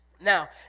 Now